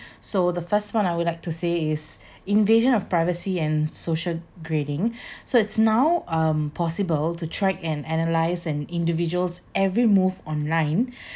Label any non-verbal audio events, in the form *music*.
so the first one I would like to say is invasion of privacy and social grading *breath* so it's now um possible to track and analyse an individual's every move online